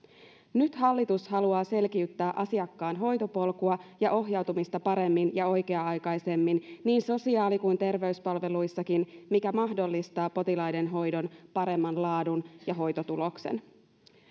nyt hallitus haluaa selkiyttää asiakkaan hoitopolkua ja ohjautumista paremmin ja oikea aikaisemmin niin sosiaali kuin terveyspalveluissakin mikä mahdollistaa potilaiden hoidon paremman laadun ja hoitotuloksen